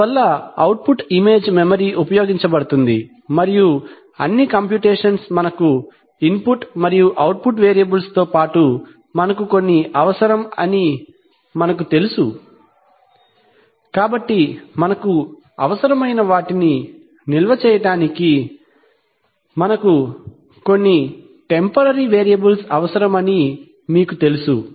అందువల్ల output image memory ఉపయోగించబడుతుంది మరియు అన్ని కంప్యూటేషన్స్ మనకు ఇన్పుట్ మరియు అవుట్పుట్ వేరియబుల్స్ తో పాటు మనకు కొన్ని అవసరం అని మనకు తెలుసు కాబట్టి మనకు అవసరమైన వాటిని నిల్వ చేయడానికి మనకు కొన్ని టెంపోరరీ వేరియబుల్స్ అవసరం అని మీకు తెలుసు